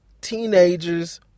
teenagers